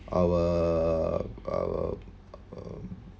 our err